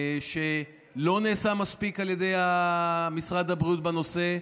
לא נעשה מספיק על ידי משרד הבריאות בנושא,